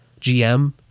gm